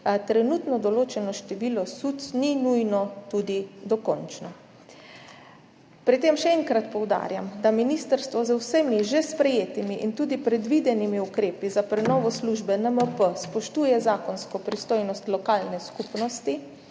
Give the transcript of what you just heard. trenutno določeno število SUC ni nujno tudi dokončno. Pri tem še enkrat poudarjam, da ministrstvo z vsemi že sprejetimi in tudi predvidenimi ukrepi za prenovo službe NMP spoštuje zakonsko pristojnost lokalne skupnosti